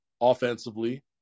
offensively